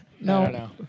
No